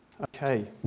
Okay